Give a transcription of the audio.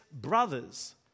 brothers